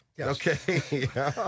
Okay